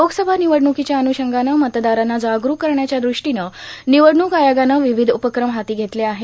लोकसभा र्निवडणुकांच्या अन्षंगानं मतदारांना जागरूक करण्याच्या दृष्टीनं र्निवडणूक आयोगानं र्वावध उपक्रम हाती घेतले आहेत